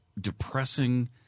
depressing